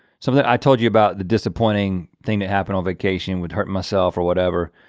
something i told you about the disappointing thing that happened on vacation would hurt myself or whatever.